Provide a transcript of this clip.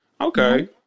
Okay